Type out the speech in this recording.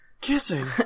kissing